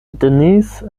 denise